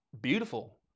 beautiful